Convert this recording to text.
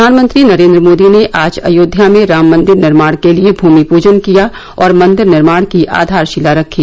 प्रधानमंत्री नरेन्द्र मोदी ने अयोध्या में राम मन्दिर निर्माण के लिए भूमि पूजन किया और मन्दिर निर्माण की आधारशिला रखी